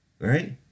right